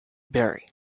berry